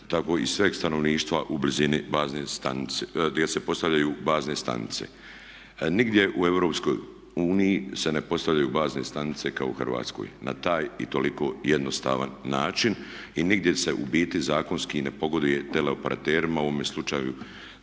tako i sveg stanovništva u blizini gdje se postavljaju bazne stanice. Nigdje u EU se ne postavljaju bazne stanice kao u Hrvatskoj na taj i toliko jednostavan način i nigdje se u biti zakonski ne pogoduje teleoperaterima, u ovome slučaju